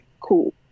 Cool